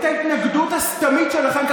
את ההתנגדות הסתמית שלכם,